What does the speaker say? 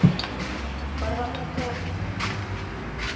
परवलो सए रुपैए